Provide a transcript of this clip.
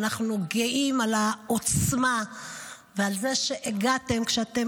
אנחנו גאים על העוצמה ועל זה שהגעתן כשאתן